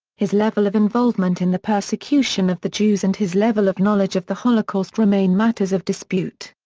his level of involvement in the persecution of the jews and his level of knowledge of the holocaust remain matters of dispute.